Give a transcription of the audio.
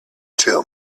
tell